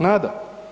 Nada.